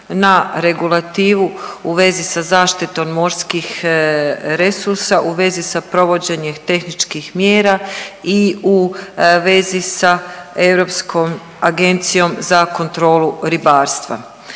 na regulativu u vezi sa zaštitom morskih resursa, u vezi sa provođenjem tehničkih mjera i u vezi sa Europskom agencijom za kontrolu ribarstva.